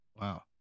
Wow